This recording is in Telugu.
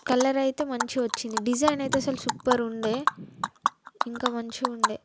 కలర్ అయితే మంచిగా వచ్చింది డిజైన్ అయితే అస్సలు సూపర్ ఉండే ఇంకా మంచిగుండే